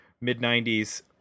mid-90s